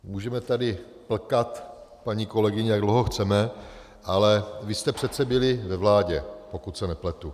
Můžeme tady plkat, paní kolegyně, jak dlouho chceme, ale vy jste přece byli ve vládě, pokud se nepletu.